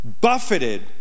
buffeted